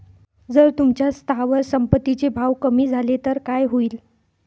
जर तुमच्या स्थावर संपत्ती चे भाव कमी झाले तर काय होईल?